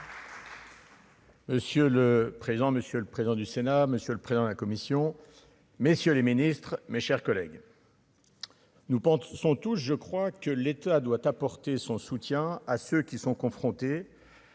Monsieur le président, monsieur le président du Sénat, monsieur le président de la commission, messieurs les ministres, mes chers collègues, nous pensons tous, je crois que l'État doit apporter son soutien à ceux qui sont confrontés.